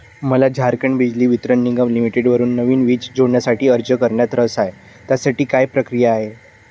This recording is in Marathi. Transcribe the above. मला झारखंड बिजली वितरण निगम लिमिटेडवरून नवीन वीज जोडण्यासाठी अर्ज करण्यात रस आहे त्यासाठी काय प्रक्रिया आहे